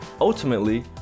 ultimately